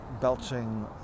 belching